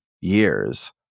years